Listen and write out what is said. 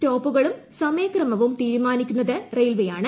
സ്റ്റോപ്പുകളും സമയക്രമവും തീരുമാനിക്കുന്നത് റെയിൽവെയാണ്